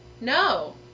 No